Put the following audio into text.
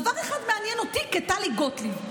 דבר אחד מעניין אותי כטלי גוטליב.